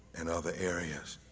and other areas.